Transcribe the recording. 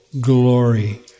glory